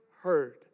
heard